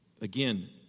Again